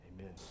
amen